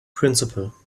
principle